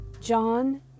John